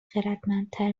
خردمندتر